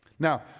Now